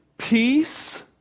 Peace